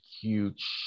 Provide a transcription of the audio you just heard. huge